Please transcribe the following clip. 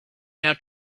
now